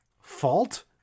fault